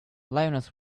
lioness